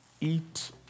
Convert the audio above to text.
eat